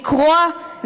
לקרוע,